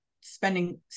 spending